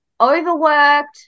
overworked